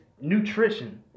nutrition